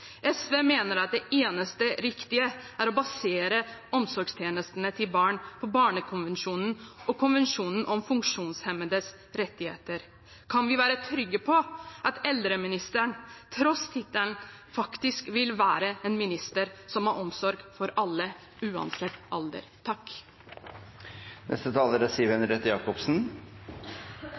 SV mener at det eneste riktige er å basere omsorgstjenestene til barn på barnekonvensjonen og konvensjonen om funksjonshemmedes rettigheter. Kan vi være trygge på at eldreministeren, tross tittelen, vil være en minister som har omsorg for alle, uansett alder?